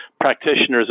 Practitioners